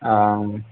ஆ ஆ